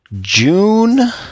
June